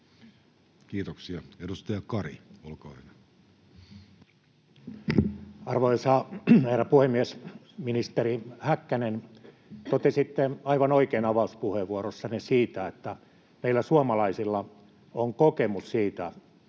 Kiitoksia. — Edustaja Kari, olkaa hyvä. Arvoisa herra puhemies! Ministeri Häkkänen: totesitte aivan oikein avauspuheenvuorossanne, että meillä suomalaisilla on kokemus siitä,